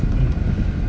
mm